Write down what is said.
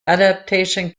adaptation